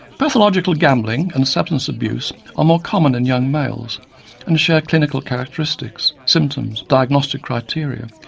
pathological gambling and substance abuse are more common in young males and share clinical characteristics, symptoms, diagnostic criteria,